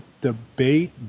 debate